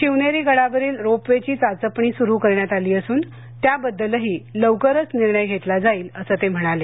शिवनेरी गडावरील ropeway ची चाचपणी सुरु करण्यात आली असून त्याबद्दलही लवकरच निर्णय घेतला जाईल असं ते म्हणाले